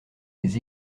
des